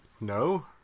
No